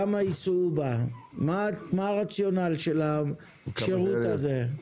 כמה ייסעו בה, מה הרציונל של השירות הזה.